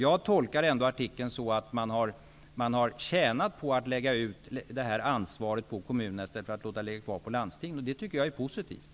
Jag tolkar ändå artikeln så, att man har tjänat på att lägga ut ansvaret på kommunerna i stället för att låta det ligga kvar på landstingen. Det tycker jag är positivt.